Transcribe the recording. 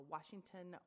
Washington